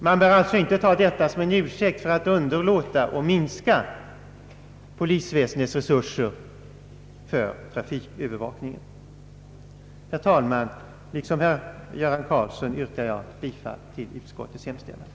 Man bör alltså inte ta hastighetsbegränsningarna som en ursäkt för att minska polisväsendets resurser för trafikövervakningen. I likhet med herr Göran Karlsson yrkar jag, herr talman, bifall till utskottets hemställan.